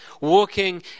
walking